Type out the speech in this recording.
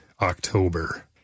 October